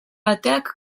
ateak